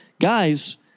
guys